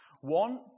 One